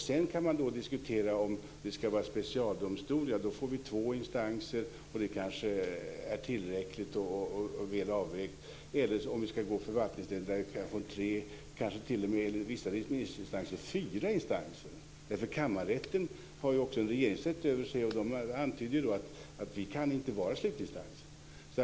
Sedan kan man diskutera om det ska vara en specialdomstol - då får vi två instanser, vilket kanske är tillräckligt och väl avvägt - eller om vi ska gå förvaltningsvägen - då får vi tre eller kanske, enligt vissa remissinstanser, t.o.m. fyra instanser därför att kammarrätten ju också har en regeringsrätt över sig, och kammarrätten antyder att man inte kan vara slutinstans.